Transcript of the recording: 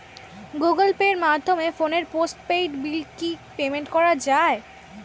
Google পের মাধ্যমে ফোনের পোষ্টপেইড বিল কি পেমেন্ট করা যায়?